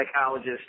psychologist